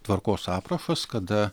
tvarkos aprašas kada